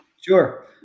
Sure